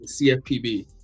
CFPB